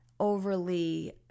overly